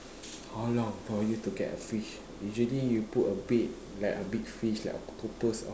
how long for you to get a fish usually you put a bait like a big fish like octopus or